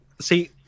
See